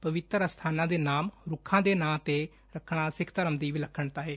ਪਵਿੱਤਰ ਅਸਬਾਨਾਂ ਦੇ ਨਾਮ ਰੁੱਖਾਂ ਦੇ ਨਾਂ ਤੇ ਰੱਖਣਾ ਸਿੱਖ ਧਰਮ ਦੀ ਵਿਲੱਖਣਤਾ ਏ